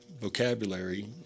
vocabulary